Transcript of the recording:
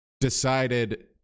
decided